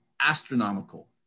astronomical